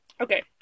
Okay